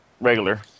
regular